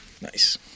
nice